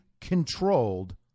controlled